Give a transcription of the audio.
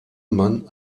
man